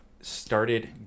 started